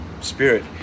Spirit